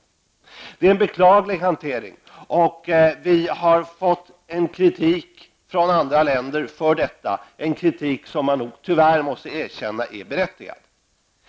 Detta är en beklaglig hantering, och Sverige har fått kritik från andra länder för detta, en kritik som jag tyvärr måste erkänna är berättigad.